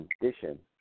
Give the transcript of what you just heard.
condition